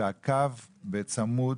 שעקב, בצמוד